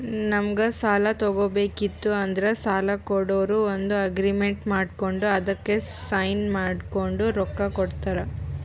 ನಮ್ಗ್ ಸಾಲ ತಗೋಬೇಕಿತ್ತು ಅಂದ್ರ ಸಾಲ ಕೊಡೋರು ಒಂದ್ ಅಗ್ರಿಮೆಂಟ್ ಮಾಡ್ಕೊಂಡ್ ಅದಕ್ಕ್ ಸೈನ್ ಮಾಡ್ಕೊಂಡ್ ರೊಕ್ಕಾ ಕೊಡ್ತಾರ